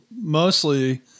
mostly